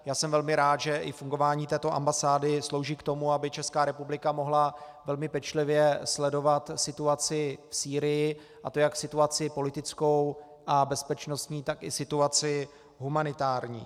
Já jsem velmi rád, že i fungování této ambasády slouží k tomu, aby Česká republika mohla velmi pečlivě sledovat situaci v Sýrii, a to jak situaci politickou a bezpečnostní, tak i situaci humanitární.